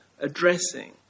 addressing